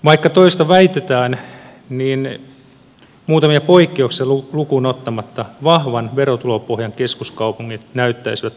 vaikka toista väitetään niin muutamia poikkeuksia lukuun ottamatta vahvan verotulopohjan keskuskaupungit näyttäisivät voittavan uudistuksessa